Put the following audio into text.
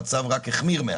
המצב רק החמיר מאז.